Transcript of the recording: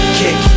kick